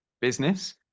business